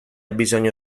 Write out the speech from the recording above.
bisogno